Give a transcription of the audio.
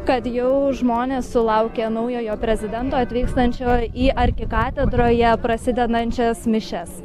kad jau žmonės sulaukė naujojo prezidento atvykstančio į arkikatedroje prasidedančias mišias